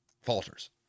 falters